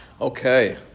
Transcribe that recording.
Okay